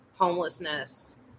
homelessness